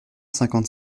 cinquante